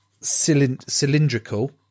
cylindrical